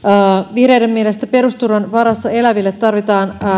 vihreiden mielestä perusturvan varassa eläville tarvitaan